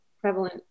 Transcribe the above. prevalent